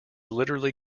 literally